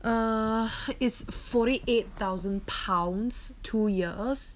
err is forty eight thousand pounds two years